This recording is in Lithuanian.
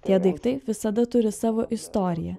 tie daiktai visada turi savo istoriją